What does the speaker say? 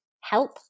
help